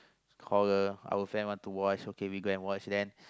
call our friend want to watch okay then we go and watch then